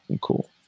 cool